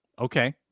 Okay